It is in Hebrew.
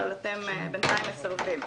אבל אתם בינתיים מסרבים.